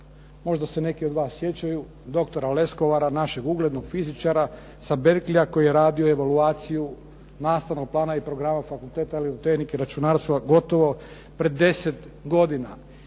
Možda se neki od vas sjećaju doktora Leskovara, našeg uglednog fizičara sa Barclaya koji je radio evaluaciju nastavnog plana i programa Fakulteta elektrotehnike, računarstva gotovo pred 10 godina.